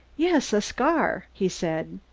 yes, a scar, he said.